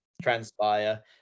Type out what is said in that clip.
transpire